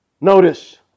Notice